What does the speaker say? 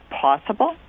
possible